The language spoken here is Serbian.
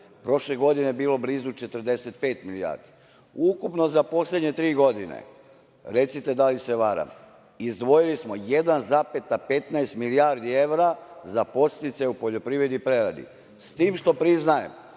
Prošle godine je bilo blizu 45 milijardi. Ukupno za poslednje tri godine, recite da li se varam, izdvojili smo 1,15 milijardi evra za podsticaje u poljoprivredi i preradi. Priznajem,